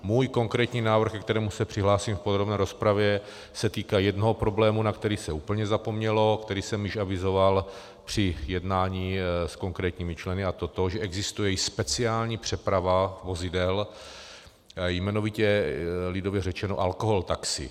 Můj konkrétní návrh, ke kterému se přihlásím v podrobné rozpravě, se týká jednoho problému, na který se úplně zapomnělo, který jsem již avizoval při jednání s konkrétními členy, a to že existuje i speciální přeprava vozidel, jmenovitě, lidově řečeno, alkohol taxi.